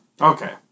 Okay